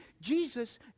Jesus